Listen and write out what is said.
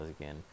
again